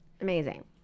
Amazing